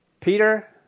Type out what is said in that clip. Peter